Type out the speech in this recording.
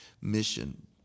mission